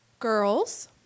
Girls